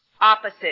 opposite